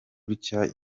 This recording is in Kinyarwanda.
gutya